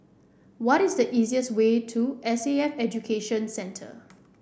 what is the easiest way to S A F Education Centre